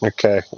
Okay